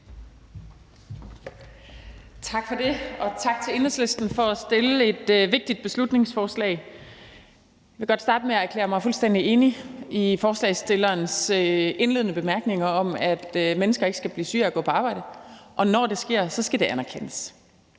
Tak for det, og tak til Enhedslisten for at fremsætte et vigtigt beslutningsforslag. Jeg vil godt starte med at erklære mig fuldstændig enig i forslagsstillerens indledende bemærkninger om, at mennesker ikke skal blive syge af at gå på arbejde, og når det sker, skal det anerkendes.